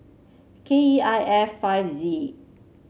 K E I F five Z